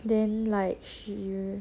then like she